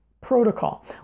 protocol